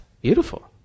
beautiful